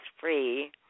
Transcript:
free